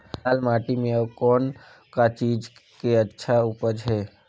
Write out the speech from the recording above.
लाल माटी म अउ कौन का चीज के अच्छा उपज है?